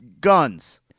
guns